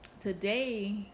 today